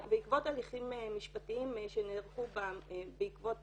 בעקבות הליכים משפטיים שנערכו בעקבות